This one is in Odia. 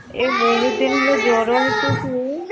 ଏ ବହୁତ ଦିନରୁ ଜ୍ୱର ଉଠୁଛି